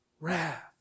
wrath